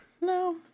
No